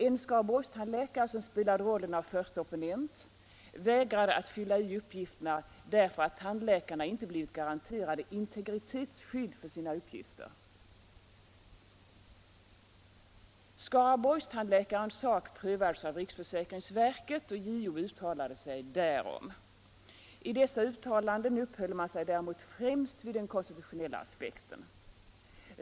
En Skaraborgstandläkare, som spelade rollen av förste opponent, vägrade att fylla i uppgifterna därför att tandläkarna inte blivit garanterade integritetsskydd för sina uppgifter. Skaraborgstandläkarens sak prövades av riksförsäkringsverket, och JO uttalade sig därom. I dessa uttalanden uppehöll man sig däremot främst vid den konstitutionella aspekten.